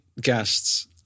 guests